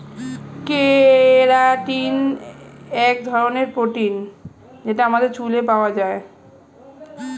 keratin এক ধরনের protein যেটা আমাদের চুলে পাওয়া যায়